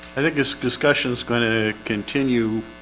i think this discussion is going to continue